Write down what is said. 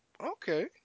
Okay